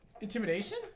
Intimidation